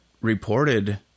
reported